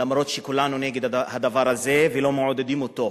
למרות שכולנו נגד הדבר הזה ולא מעודדים אותו.